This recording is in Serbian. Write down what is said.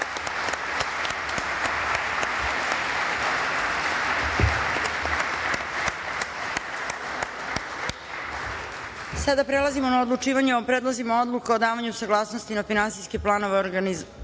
prelazimo na odlučivanja o Predlozima odluka o davanju saglasnosti na finansijske planove organizacije